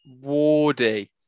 wardy